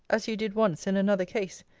as you did once in another case,